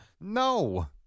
No